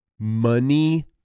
Money